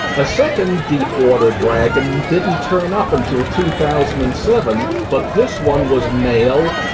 a second deep-water dragon didn't turn up until two thousand and seven but this one was male,